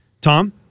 Tom